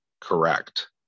correct